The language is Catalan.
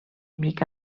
mica